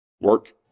Work